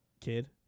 kid